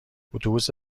اتوبوس